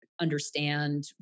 understand